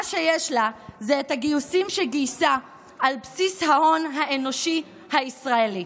מה שיש לה זה את הגיוסים שגייסה על בסיס ההון האנושי הישראלי.